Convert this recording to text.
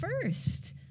first